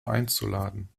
einzuladen